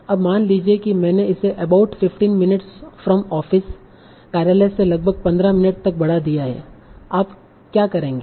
अब मान लीजिए कि मैंने इसे अबाउट 15 मिनट्स फ्रॉम ऑफिस कार्यालय से लगभग 15 मिनट' तक बढ़ा दिया है आप क्या करेंगे